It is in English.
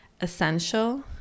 essential